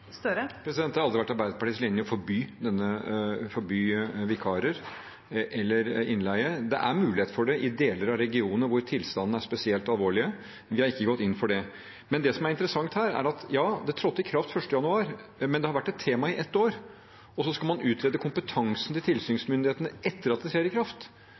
Det har aldri vært Arbeiderpartiets linje å forby vikarer eller innleie. Det er mulighet for det i deler av regionene hvor tilstanden er spesielt alvorlig. Men vi har ikke gått inn for det. Det som er interessant her, er: Ja, det trådte i kraft 1. januar, men det har vært et tema i ett år, og så skal man utrede kompetansen til tilsynsmyndighetene etter at det trer i kraft.